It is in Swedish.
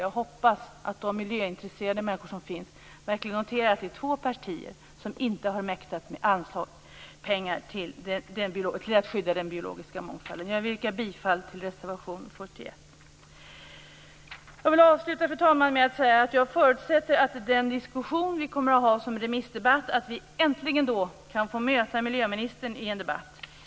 Jag hoppas att de miljöintresserade människor som finns verkligen noterar att det är två partier som inte har mäktat att anslå pengar för skydda den biologiska mångfalden. Jag yrkar bifall till reservation 41. Fru talman! Jag vill avsluta med att säga att jag förutsätter att vi äntligen under den remissdebatt som kommer att hållas kan få möta miljöministern.